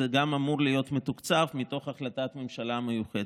זה אמור להיות מתוקצב בהחלטת ממשלה מיוחדת.